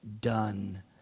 done